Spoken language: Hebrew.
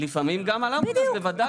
לפעמים גם על אמבולנס, בוודאי.